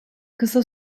kısa